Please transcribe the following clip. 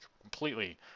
completely